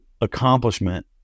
accomplishment